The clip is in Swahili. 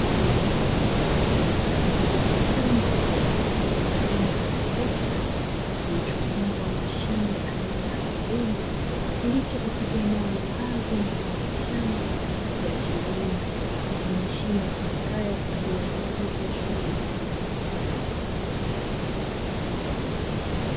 Chombo cha moto aina ya trekta , kilichofungwa mashine aina ya jembe kilicho katika eneo la wazi, mfano wa shamba ikiashiria ni mashine itumikayo kwa ajili ya usaidizi wa shughuli za kilimo.